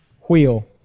Wheel